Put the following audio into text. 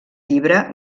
llibre